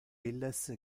illes